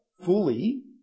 fully